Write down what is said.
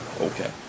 Okay